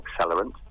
accelerant